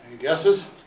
guesses?